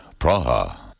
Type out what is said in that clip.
Praha